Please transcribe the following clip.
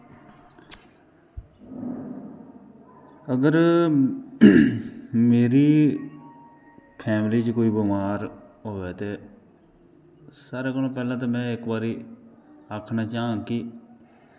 अगर मेरी फैमली च कोई बमार होऐ ते सारें कोला पैह्लें तोे में इक बारी आखना चांह्ग कि